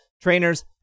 Trainers